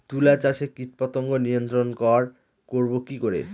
তুলা চাষে কীটপতঙ্গ নিয়ন্ত্রণর করব কি করে?